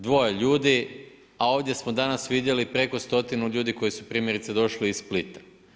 Dvoje ljudi, a ovdje smo danas vidjeli preko stotinu ljudi koji su primjerice došli iz Splita.